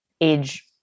age